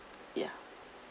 ya